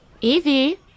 Evie